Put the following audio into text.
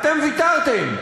אתם ויתרתם.